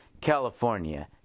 California